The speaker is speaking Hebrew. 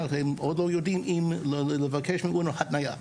הם עוד לא יודעים אם לבקש מאונר"א התנייה.